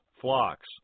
flocks